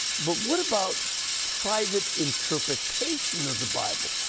but what about private interpretation of the bible?